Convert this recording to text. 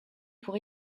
pour